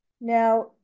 Now